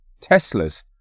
Teslas